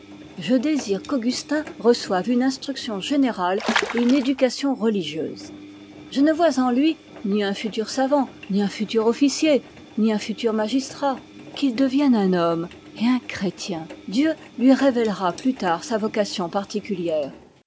je désire qu'augustin reçoive une instruction générale et une éducation religieuse je ne vois en lui ni un futur savant ni un futur officier ni un futur magistrat je vois l'homme et le chrétien dieu lui révélera plus tard sa vocation particulière